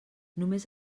només